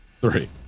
Three